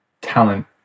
talent